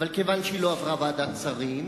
אך כיוון שהיא לא עברה את ועדת השרים,